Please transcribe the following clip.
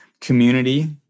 community